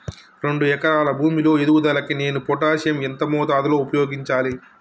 రెండు ఎకరాల భూమి లో ఎదుగుదలకి నేను పొటాషియం ఎంత మోతాదు లో ఉపయోగించాలి?